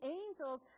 angels